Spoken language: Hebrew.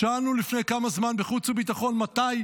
שאלנו לפני כמה זמן בחוץ וביטחון מתי